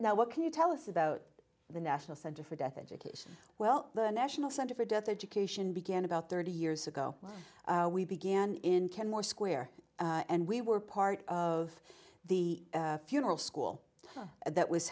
now what can you tell us about the national center for death education well the national center for death education began about thirty years ago we began in kenmore square and we were part of the funeral school that was